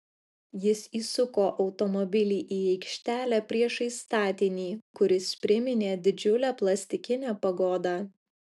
jis įsuko automobilį į aikštelę priešais statinį kuris priminė didžiulę plastikinę pagodą